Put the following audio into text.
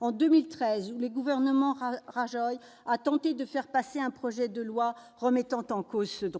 en Espagne, où le gouvernement Rajoy avait tenté de faire passer un projet de loi remettant en cause l'IVG.